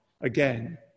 again